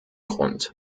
grund